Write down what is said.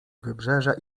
wybrzeża